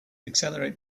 accelerate